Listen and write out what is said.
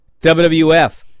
wwf